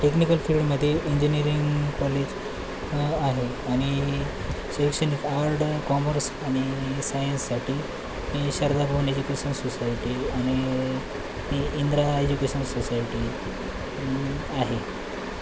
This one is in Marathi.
टेक्निकल फील्डमध्ये इंजिनीअरिंग कॉलेज आहे आणि शैक्षणिक आर्ड कॉमर्स आणि सायन्ससाठी शारदाभवन एज्युकेशन सोसायटी आणि इंद्रा एज्युकेशन सोसायटी आहे